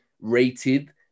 rated